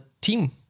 team